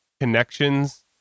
connections